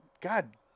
God